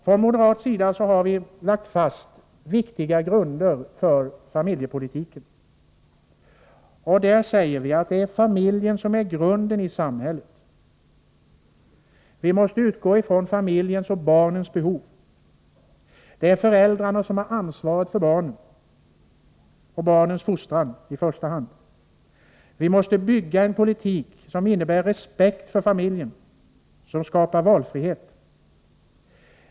Från moderat sida har vi lagt fast viktiga grunder för familjepolitiken. Vi säger: Det är familjen som är grunden i samhället. Vi måste utgå från familjens och barnens behov. Det är i första hand föräldrarna som har ansvaret för barnen och barnens fostran. Vi måste få till stånd en politik som innebär respekt för familjen och som skapar valfrihet.